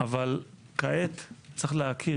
אבל כעת צריך להכיר,